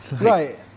Right